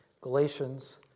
Galatians